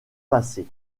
passé